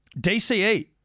DCE